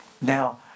Now